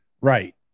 Right